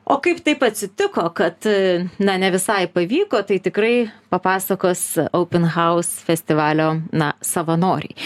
o kaip taip atsitiko kad na ne visai pavyko tai tikrai papasakos open house festivalio na savanoriai